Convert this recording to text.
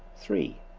three.